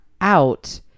out